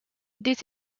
this